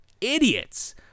idiots